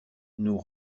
nous